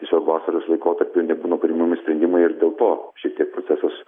tiesiog vasaros laikotarpiu nebūna priimami sprendimai ir dėl to šiek tiek procesas